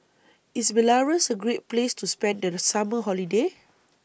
IS Belarus A Great Place to spend The Summer Holiday